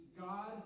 God